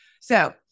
So-